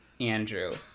andrew